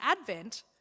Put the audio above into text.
Advent